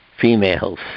Females